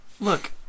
Look